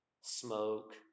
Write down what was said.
smoke